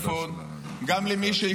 גם למי שבגבול הצפון,